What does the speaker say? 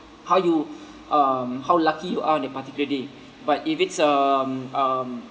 how you um how lucky you are on that particular day but if it's um um